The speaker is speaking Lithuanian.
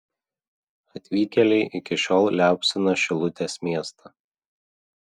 atvykėliai iki šiol liaupsina šilutės miestą